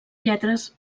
lletres